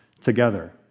together